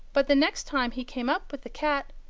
but the next time he came up with the cat,